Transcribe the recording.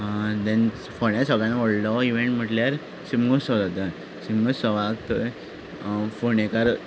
धेन फोंड्यां सगळ्यान व्हडलो इव्हेंट म्हणल्यार शिगमोत्सव जाता शिगमोत्सवाक फोंडेकार